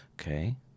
Okay